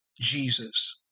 Jesus